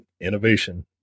innovation